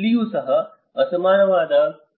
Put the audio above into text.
ಇಲ್ಲಿಯೂ ಸಹ ಅಸಮಾನವಾದ